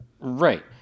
Right